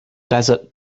desert